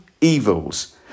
evils